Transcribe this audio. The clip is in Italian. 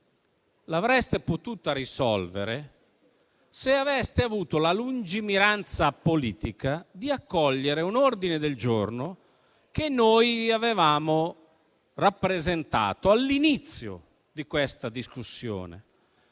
l'avreste potuta risolvere se aveste avuto la lungimiranza politica di accogliere un ordine del giorno che noi avevamo rappresentato all'inizio di questa discussione.